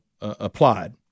applied